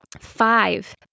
five